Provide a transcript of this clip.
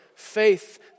faith